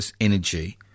energy